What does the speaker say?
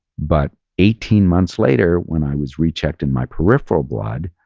but eighteen months later, when i was rechecked in my peripheral blood,